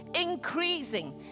increasing